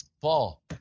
Paul